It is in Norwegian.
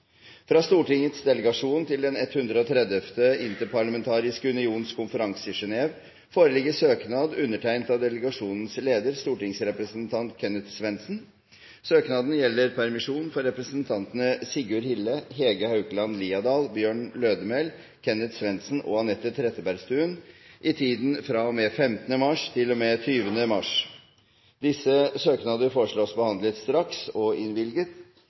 fra og med 7. mars til og med 20. mars fra Stortingets delegasjon til Den interparlamentariske union foreligger søknad, undertegnet av delegasjonens leder, stortingsrepresentant Kenneth Svendsen. Søknaden gjelder permisjon for representantene Sigurd Hille, Hege Haukeland Liadal, Bjørn Lødemel, Kenneth Svendsen og Anette Trettebergstuen i tiden fra og med 15. mars til og med 20. mars